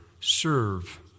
serve